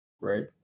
Right